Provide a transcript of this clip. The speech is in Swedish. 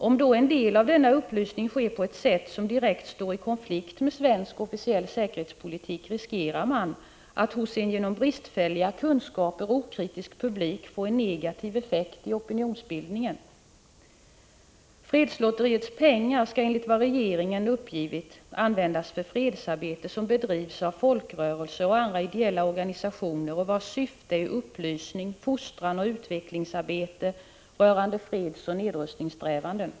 Om då en del av denna upplysning sker på ett sätt som direkt står i konflikt med svensk officiell säkerhetspolitik riskerar man att hos en genom bristfälliga kunskaper okritisk publik få en negativ effekt i opinionsbildningen. Fredslotteriets pengar skall enligt vad regeringen uppgivit användas för ”fredsarbete som bedrivs av folkrörelser och andra ideella organisationer och vars syfte är upplysning, fostran, utbildning och utvecklingsarbete rörande fredsoch nedrustningssträvanden”.